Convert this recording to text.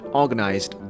organized